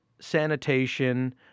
sanitation